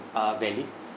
uh valid